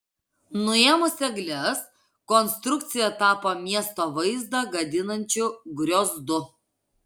nuėmus egles konstrukcija tapo miesto vaizdą gadinančiu griozdu